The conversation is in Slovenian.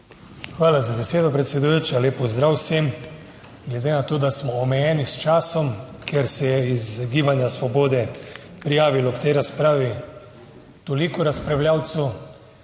Hvala za besedo, predsedujoča. Lep pozdrav vsem. Glede na to, da smo omejeni s časom, ker se je iz Gibanja svobode prijavilo k tej razpravi toliko razpravljavcev,